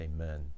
Amen